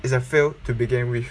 is a failed to begin with